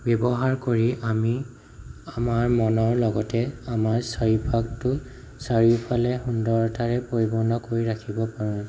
ব্যৱহাৰ কৰি আমি ইয়াৰ লগতে আমাৰ মনৰ লগতে আমাৰ চাৰিওভাগটো চাৰিওফালে সুন্দৰতাৰে পৰিপূৰ্ণ কৰি ৰাখিব পাৰোঁ